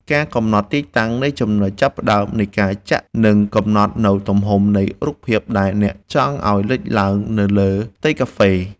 ការកំណត់ទីតាំងនៃចំណុចចាប់ផ្តើមនៃការចាក់ នឹងកំណត់នូវទំហំនៃរូបភាពដែលអ្នកចង់ឱ្យលេចឡើងនៅលើផ្ទៃកាហ្វេ។